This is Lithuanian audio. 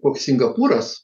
koks singapūras